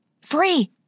Free